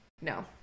no